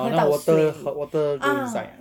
orh 那个 water water go inside ah